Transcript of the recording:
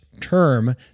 term